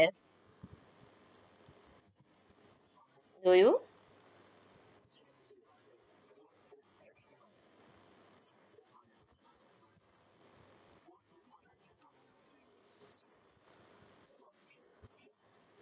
do you